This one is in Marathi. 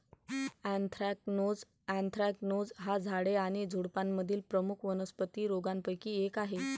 अँथ्रॅकनोज अँथ्रॅकनोज हा झाडे आणि झुडुपांमधील प्रमुख वनस्पती रोगांपैकी एक आहे